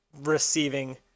receiving